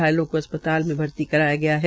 घायलों को अस्पताल में भर्ती करवाया गया है